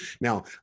now